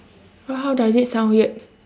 wha~ how does it sound weird